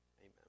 amen